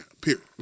period